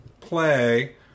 play